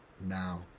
Now